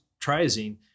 triazine